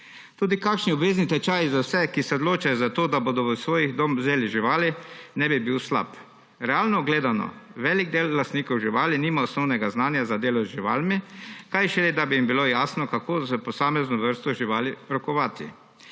Tudi kakšni obvezni tečaji z vse, ki se odločijo za to, da bodo v svoj dom vzeli živali, ne bi bil slab. Realno gledano velik del lastnikov živali nima osnovnega znanja za delo z živalmi, kaj šele da bi jim bilo jasno, kako s posamezno vrsto živali rokovati.